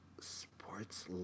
Sports